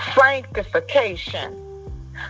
Sanctification